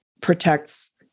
protects